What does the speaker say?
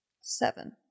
Seven